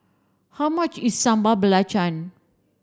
how much is Sambal